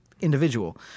individual